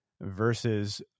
versus